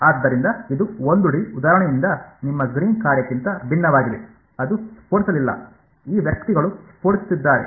ಆದ್ದರಿಂದ ಇದು 1ಡಿ ಉದಾಹರಣೆಯಿಂದ ನಿಮ್ಮ ಗ್ರೀನ್ನ ಕಾರ್ಯಕ್ಕಿಂತ ಭಿನ್ನವಾಗಿದೆ ಅದು ಸ್ಫೋಟಿಸಲಿಲ್ಲ ಈ ವ್ಯಕ್ತಿಗಳು ಸ್ಫೋಟಿಸುತ್ತಿದ್ದಾರೆ